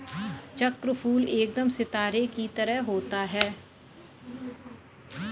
चक्रफूल एकदम सितारे की तरह होता है